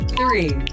three